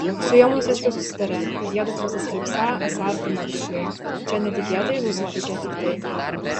su juo mūsiškis susitarė kad jiedu pasiskelbsią esą artimi draugai čia netikėtai susitikę tiktai